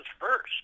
first